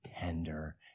tender